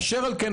אשר על כן,